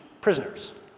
prisoners